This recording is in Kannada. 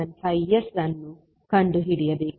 75S ಅನ್ನು ಕಂಡುಹಿಡಿಯಬೇಕು